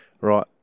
Right